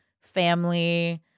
family